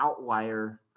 outlier